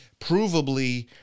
provably